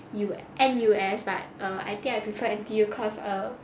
U N_U_S but err I think I prefer N_T_U cause err